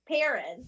parents